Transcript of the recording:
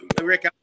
Rick